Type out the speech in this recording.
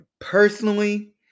Personally